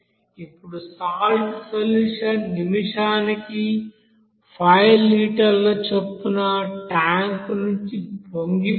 ఇప్పుడు salt solution నిమిషానికి 5 లీటర్ల చొప్పున ట్యాంక్ నుండి పొంగిపోతుంది